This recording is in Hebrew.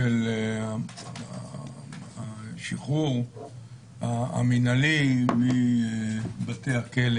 של השחרור המינהלי מבתי הכלא